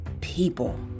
people